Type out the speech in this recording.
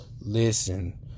Listen